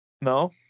No